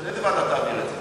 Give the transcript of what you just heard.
עכשיו, לאיזו ועדה תעביר את זה?